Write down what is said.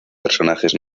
personajes